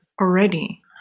already